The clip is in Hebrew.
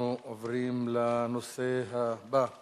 נעבור להצעות לסדר-היום בנושא: